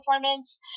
performance